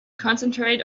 concentrate